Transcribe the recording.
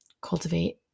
cultivate